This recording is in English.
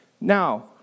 Now